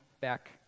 back